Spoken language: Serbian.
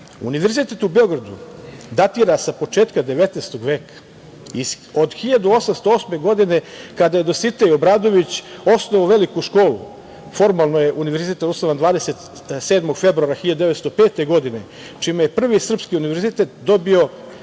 doprinose. Univerzitet u Beogradu datira sa početka 19. veka, od 1808. godine, kada je Dositej Obradović osnovao Veliku školu. Formalno je Univerzitet osnovan 27. februara 1905. godine, čime je prvi srpski Univerzitet dobio